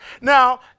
Now